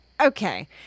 Okay